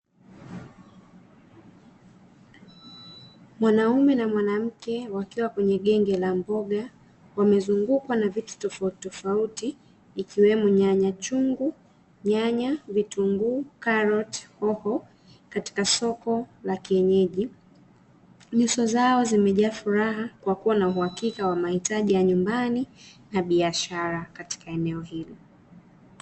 Mwanaume na mwanamke wakiwa kwenye genge la mboga wamezungukwa na vitu tofautitofauti ikiwema nyanya chungu, nyanya, vitunguu, karoti, hoho katika soko la kienyeji. Nyuso zao zimejaa furaha kwa kuwa na uhakika wa mahitaji ya nyumbani na biashara katika eneo hili.